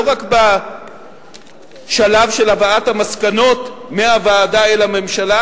לא רק בשלב של הבאת המסקנות מהוועדה אל הממשלה,